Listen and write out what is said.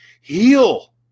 Heal